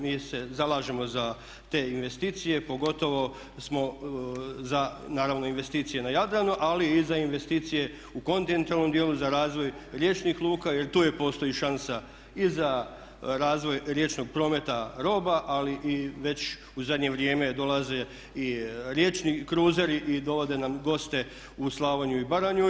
Mi se zalažemo za te investicije pogotovo smo za naravno investicije na Jadranu, ali i za investicije u kontinentalnom dijelu za razvoj riječnih luka jer tu uvijek postoji šansa i za razvoj riječnog prometa roba, ali i već u zadnje vrijeme dolaze i riječni cruseri i dovode nam goste u Slavoniju i Baranju.